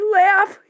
laugh